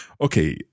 Okay